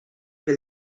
pel